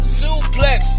suplex